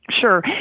Sure